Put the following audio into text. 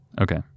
Okay